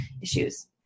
issues